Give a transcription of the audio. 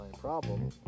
problem